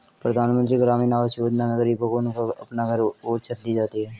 प्रधानमंत्री ग्रामीण आवास योजना में गरीबों को उनका अपना घर और छत दी जाती है